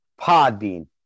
Podbean